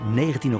19